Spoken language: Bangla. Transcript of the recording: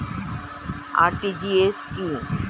আর.টি.জি.এস কি?